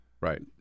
right